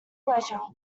leisure